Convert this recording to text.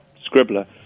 scribbler